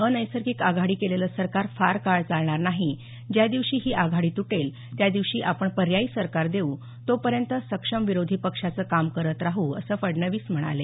अनैसर्गिक आघाडी केलेलं सरकार फार काळ चालणार नाही ज्या दिवशी ही आघाडी तुटेल त्या दिवशी आपण पर्यायी सरकार देऊ तोपर्यंत सक्षम विरोधी पक्षाचं काम करत राहू असं फडणवीस म्हणाले